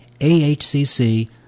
AHCC